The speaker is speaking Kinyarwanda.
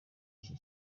iki